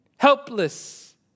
Helpless